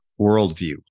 worldview